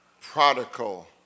prodigal